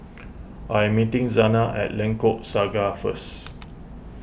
I'm meeting Zana at Lengkok Saga first